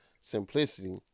simplicity